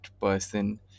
person